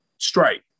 strike